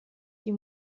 die